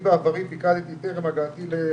בעבר, טרם הגעתי לחטיבה,